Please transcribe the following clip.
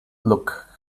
look